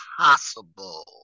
possible